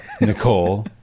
Nicole